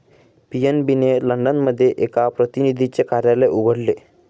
PNB ने London मध्ये एक प्रतिनिधीचे कार्यालय उघडले